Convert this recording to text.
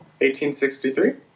1863